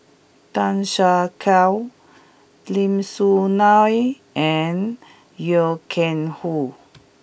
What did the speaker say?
Tan Siak Kew Lim Soo Ngee and Loy Keng Foo